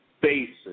basis